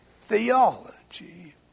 theology